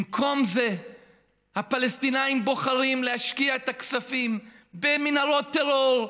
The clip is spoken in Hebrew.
במקום זה הפלסטינים בוחרים להשקיע את הכספים במנהרות טרור,